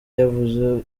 yavuze